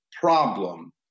problem